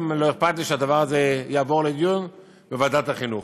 גם לא אכפת לי שהדבר הזה יעבור לדיון בוועדת החינוך.